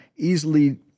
Easily